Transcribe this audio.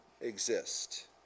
exist